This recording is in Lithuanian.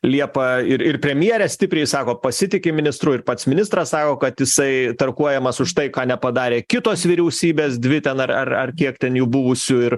liepa ir ir premjerė stipriai sako pasitiki ministru ir pats ministras sako kad jisai tarkuojamas už tai ką nepadarė kitos vyriausybės dvi ten ar ar ar kiek ten jų buvusių ir